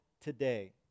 today